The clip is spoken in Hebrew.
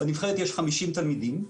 בנבחרת יש 50 תלמידים,